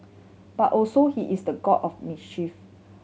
but also he is the god of mischief